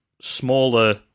smaller